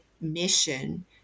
mission